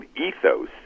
ethos